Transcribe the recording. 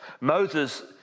Moses